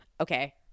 Okay